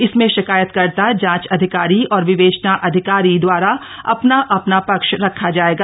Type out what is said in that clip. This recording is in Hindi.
इसमें शिकायतकर्ता जांच अधिकारी और विवेचना अधिकारी द्वारा अपना अपना पक्ष रखा जाएगा